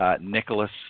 Nicholas